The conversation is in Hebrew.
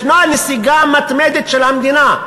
יש נסיגה מתמדת של המדינה,